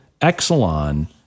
Exelon